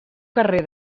carrer